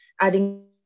adding